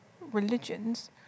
religions